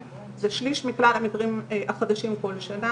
אז אם מסתכלים על כל המדינות מבחינת הסיכון לתחלואה,